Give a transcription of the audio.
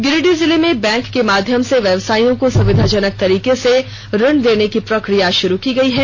गिरिडीह जिले में बैंक के माध्यम से व्यवसाइयों को सुविधाजनक तरीके से ऋण देने की प्रक्रिया षुरू की गई है